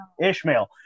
Ishmael